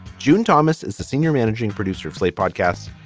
june thomas is the senior managing producer of slate podcasts,